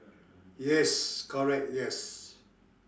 yes correct yes